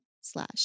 slash